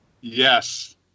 Yes